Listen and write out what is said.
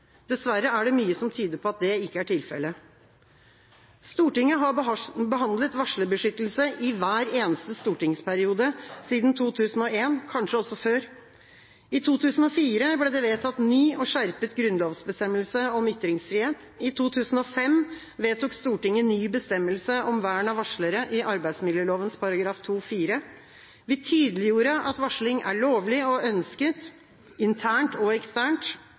dessverre er det mye som tyder på at det ikke er tilfellet. Stortinget har behandlet varslerbeskyttelse i hver eneste stortingsperiode siden 2001, kanskje også før. I 2004 ble det vedtatt ny og skjerpet grunnlovsbestemmelse om ytringsfrihet. I 2006 vedtok Stortinget ny bestemmelse om vern av varslere i arbeidsmiljøloven § 2-4. Vi tydeliggjorde at varsling er lovlig og ønsket, internt og eksternt.